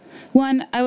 One